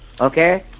Okay